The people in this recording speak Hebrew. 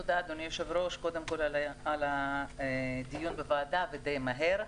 תודה, אדוני היושב-ראש, על הדיון בוועדה, ודי מהר.